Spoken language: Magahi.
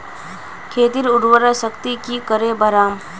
खेतीर उर्वरा शक्ति की करे बढ़ाम?